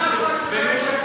מאז 2008,